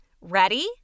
Ready